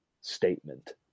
statement